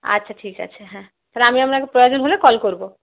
আচ্ছা ঠিক আছে হ্যাঁ তাহলে আমি আপনাকে প্রয়োজন হলে কল করবো